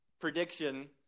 prediction